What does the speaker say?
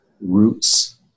roots